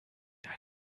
ein